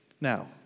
Now